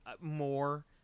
more